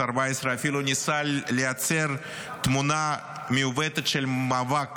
14 אפילו ניסה לייצר תמונה מעוותת של מאבק